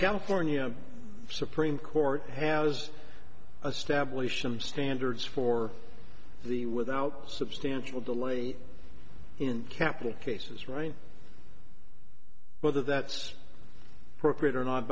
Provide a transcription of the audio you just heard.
california supreme court has a stably some standards for the without substantial delay in capital cases right whether that's appropriate or not